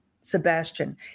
Sebastian